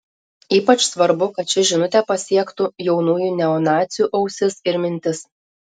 ypač svarbu kad ši žinutė pasiektų jaunųjų neonacių ausis ir mintis